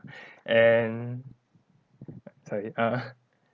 and err